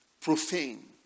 profane